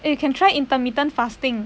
eh you can try intermittent fasting